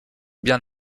bien